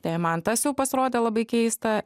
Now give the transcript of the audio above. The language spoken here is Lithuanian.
tai man tas jau pasirodė labai keista